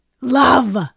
Love